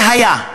זה היה.